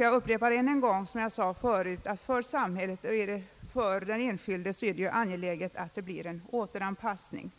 Jag upprepar än en gång vad jag sade förut, nämligen att det för samhället och för den enskilde är angeläget att det blir en återanpassning.